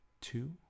two